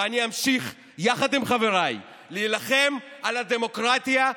ואני אמשיך יחד עם חבריי להילחם על הדמוקרטיה.